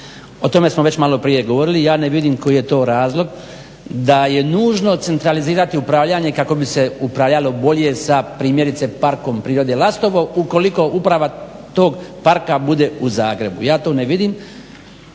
O tome smo već maloprije govorili, ja ne vidim koji je to razlog da je nužno centralizirati upravljanje kako bi se upravljalo bolje, sa primjerice Parkom prirode Lastovo ukoliko uprava tog parka bude u Zagrebu. Ja to ne vidim,